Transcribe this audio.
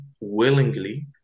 willingly